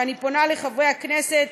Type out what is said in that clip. ואני פונה לחברי הכנסת